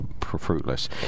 fruitless